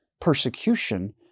persecution